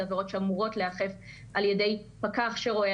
עבירות שאמורות להיאכף על ידי פקח שרואה,